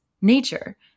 nature